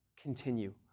Continue